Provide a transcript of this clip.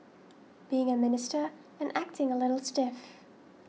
being a Minister and acting a little stiff